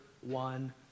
one